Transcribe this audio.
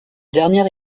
dernière